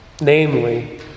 Namely